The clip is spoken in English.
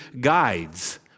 guides